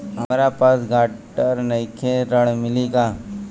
हमरा पास ग्रांटर नईखे ऋण मिली का?